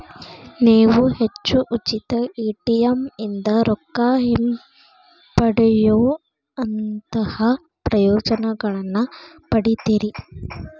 ನೇವು ಹೆಚ್ಚು ಉಚಿತ ಎ.ಟಿ.ಎಂ ಇಂದಾ ರೊಕ್ಕಾ ಹಿಂಪಡೆಯೊಅಂತಹಾ ಪ್ರಯೋಜನಗಳನ್ನ ಪಡಿತೇರಿ